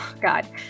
God